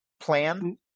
plan